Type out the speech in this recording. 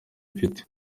mfite